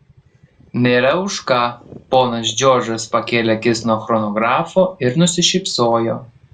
nėra už ką ponas džordžas pakėlė akis nuo chronografo ir nusišypsojo